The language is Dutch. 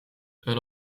een